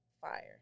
fire